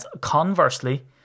conversely